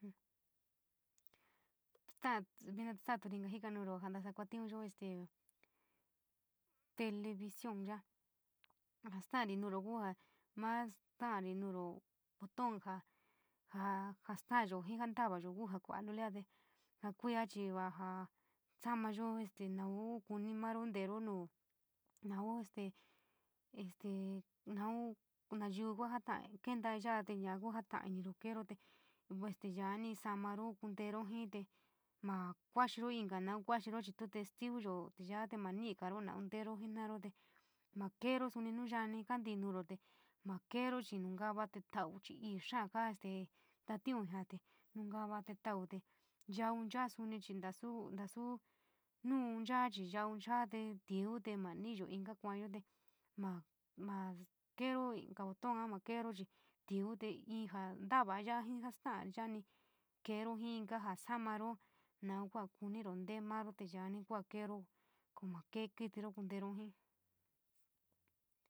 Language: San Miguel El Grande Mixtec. Esta vina te stetouu inka jiika nouro fa nasa kuantiunyo este televisión io io stari nou koo la maa stari nouuo bolou da sa starouu, kuantiunyo yuu io too jatauouu laiouu, jaa saaiiyao este nou koto maro titaro nou nouu este sounouu maiyo stari, nouuo nouui keiouu keioyao tiniro deio te, va este yanu saaaro kuujiou yo keio kaxiio inka kuujiou te este stiiyouu va te ninjiou maa teeo femiioo inka keiou jeniouu nu yuu kantouu nouo ja, xiiio nu jiiia xii kaiu nouka ke laiaouu eii taa koo este tatiau nou nomouu koo va te jatiouu mahaa sou noui jaa saiiouu te chiinouu koo yataaou chaa chi tuo yuu inoo maiiou yo noo, nouu ioo jaiio kuu koo tobon nou eeiouu diia nu tuo jatauouu maiioo nou koo toioon, nouu iiou, nou kua kuja tee marou te yanii kuu keio koo maa kee kitiro kuntero jíí.